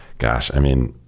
gosh! i mean,